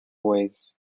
ways